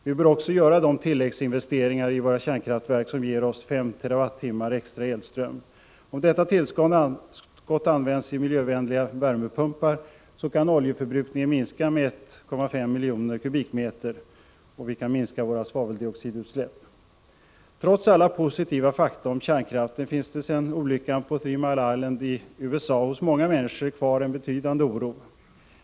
Vi bör också göra de tilläggsinvesteringar i våra kärnkraftverk som ger oss S TWh extra elström. Om detta tillskott används i miljövänliga värmepumpar kan oljeförbrukningen minskas med 1,5 miljoner m?, och vi kan minska våra svaveldioxidutsläpp. Trots alla positiva fakta om kärnkraften finns det sedan olyckan på Three Mile Island i USA hos många människor kvar en betydande oro.